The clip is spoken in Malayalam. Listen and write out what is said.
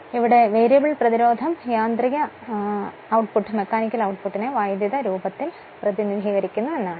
ഇതിൽ വേരിയബിൾ പ്രതിരോധം മെക്കാനിക്കൽ ഔട്ട്പുട്ടിനെ വൈദ്യുത രൂപത്തിൽ പ്രതിനിധീകരിക്കുന്നു എന്നാണ്